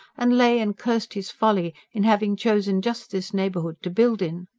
and lay and cursed his folly in having chosen just this neighbourhood to build in.